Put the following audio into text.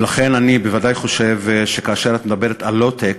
ולכן אני בוודאי חושב שכאשר את מדברת על לואו-טק,